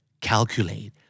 Calculate